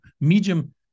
medium